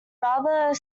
rather